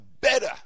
better